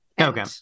Okay